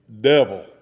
devil